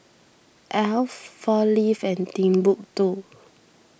Alf four Leaves and Timbuk two